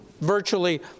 virtually